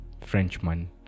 frenchman